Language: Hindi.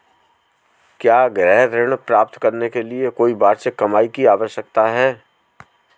क्या गृह ऋण प्राप्त करने के लिए कोई वार्षिक कमाई की आवश्यकता है?